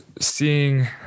seeing